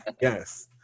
Yes